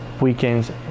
weekends